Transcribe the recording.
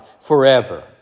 forever